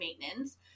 maintenance